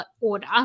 order